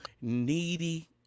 needy